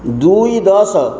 ଦୁଇ ଦଶ